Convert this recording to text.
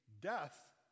death